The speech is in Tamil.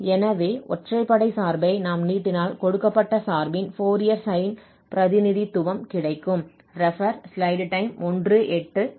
எனவே ஒற்றைப்படை சார்பை நாம் நீட்டினால் கொடுக்கப்பட்ட சார்பின் ஃபோரியர் சைன் பிரதிநிதித்துவம் கிடைக்கும்